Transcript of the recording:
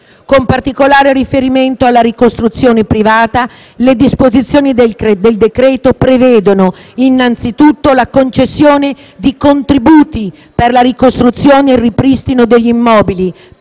Con particolare riferimento alla ricostruzione privata, le disposizioni del decreto-legge prevedono innanzitutto la concessione di contributi per la ricostruzione e il ripristino degli immobili